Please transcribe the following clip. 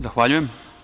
Zahvaljujem.